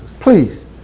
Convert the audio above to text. Please